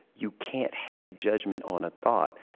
you can't have judgment on a thought.